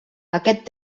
aquest